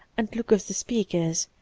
and look of the speakers,